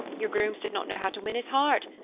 your grooms did not know how to win his heart,